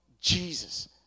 Jesus